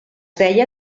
deia